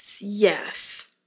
Yes